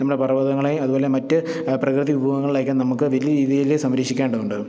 നമ്മുടെ പർവ്വതങ്ങളേയും അതുപോലെ മറ്റു പ്രകൃതി വിഭവങ്ങളെയൊക്കെ നമുക്ക് വലിയ രീതീല്തിയിൽ സംരക്ഷിക്കേണ്ടതുണ്ട്